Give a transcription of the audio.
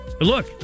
look